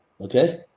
Okay